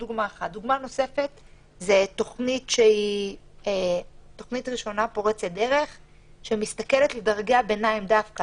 דוגמה נוספת היא תוכנית ראשונה פורצת דרך שמסתכלת דווקא